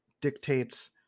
dictates